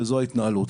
וזו ההתנהלות.